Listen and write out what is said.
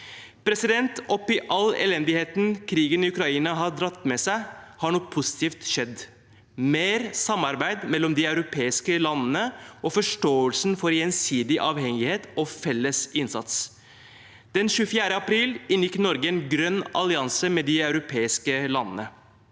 sokkelen. Oppe i all elendigheten krigen i Ukraina har dratt med seg, har noe positivt skjedd: mer samarbeid mellom de europeiske landene og forståelse for gjensidig avhengighet og felles innsats. Den 24. april inngikk Norge en grønn allianse med de europeiske landene.